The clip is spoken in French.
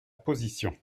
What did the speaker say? position